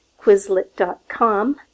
Quizlet.com